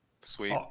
Sweet